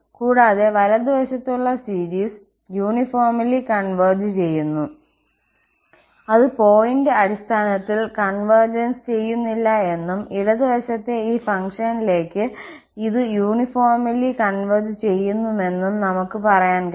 കൂടാതെ വലതുവശത്തുള്ള സീരീസ് ഏകതാനമായി കോൺവെർജ്സ് ചെയ്യുന്നു അത് പോയിന്റ് അടിസ്ഥാനത്തിൽ കോൺവെർജ്സ് ചെയ്യുന്നില്ല എന്നും ഇടത് വശത്തെ ഈ ഫംഗ്ഷനിലേക്ക് ഇത് ഏകതാനമായി ഒത്തുചേരുന്നുവെന്നും നമുക്ക് പറയാൻ കഴിയും